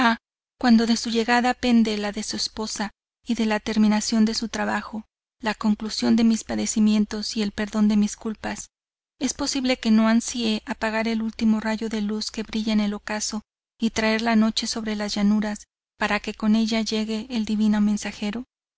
cuando de su llegada pende la de su esposa y de la terminación de su trabajo la conclusión de mis padecimientos y el perdón de mis culpas es posible que no ansíe apagar el ultimo rayo de luz que brilla en el ocaso y traer la noche sobre las llanuras para que con ella llegue el divino mensajero